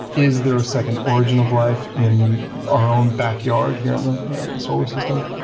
is there a second origin of life in our own backyard here in the solar system?